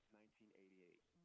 1988